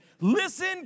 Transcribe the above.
listen